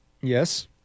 Yes